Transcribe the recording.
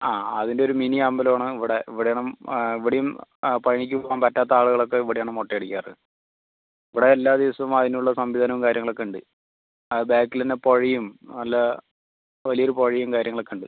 ആ അതിൻ്റെ ഒരു മിനി അമ്പലം ആണ് ഇവിടെ ഇവിടെ നിന്നും ഇവിടെയും പഴനിക്ക് പോകുവാൻ പറ്റാത്ത ആളുകളൊക്കെ ഇവിടെ ആണ് മൊട്ട അടിക്കാറ് ഇവിടെ എല്ലാ ദിവസവും അതിനുള്ള സംവിധാനവും കാര്യങ്ങളൊക്കെ ഉണ്ട് ആ ബാക്കിൽ തന്നെ പുഴയും നല്ല വലിയ ഒരു പുഴയും കാര്യങ്ങളൊക്കെ ഉണ്ട്